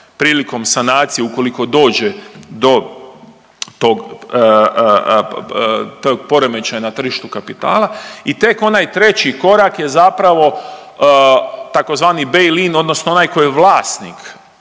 prilikom sanacije ukoliko dođe do tog poremećaja na tržištu kapitala i tek onaj treći korak je zapravo tzv. bailing odnosno onaj koji je vlasnik